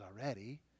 already